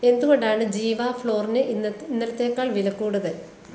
എന്തുകൊണ്ടാണ് ജീവ ഫ്ലോറിന് ഇന്നത്തെ ഇന്നലത്തേക്കാൾ വിലക്കൂടുതൽ